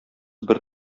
бер